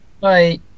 Bye